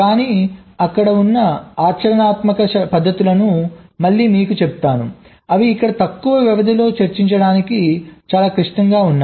కానీ అక్కడ ఉన్న ఆచరణాత్మక పద్ధతులను మళ్ళీ మీకు చెప్తాను అవి ఇక్కడ తక్కువ వ్యవధిలో చర్చించటానికి చాలా క్లిష్టంగా ఉన్నాయి